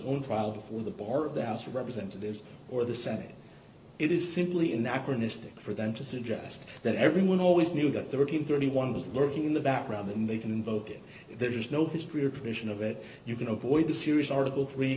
own trial before the bar of the house of representatives or the senate it is simply anachronistic for them to suggest that everyone always knew that the work in thirty one was lurking in the background and they can invoke it if there is no history or tradition of it you can avoid the serious article three